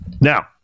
Now